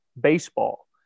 baseball